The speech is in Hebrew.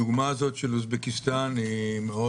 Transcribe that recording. הדוגמה של אוזבקיסטן קשה מאוד,